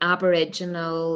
Aboriginal